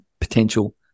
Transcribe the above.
potential